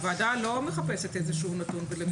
הוועדה לא מחפשת איזשהו נתון.